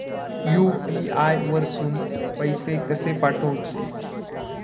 UPI वरसून पैसे कसे पाठवचे?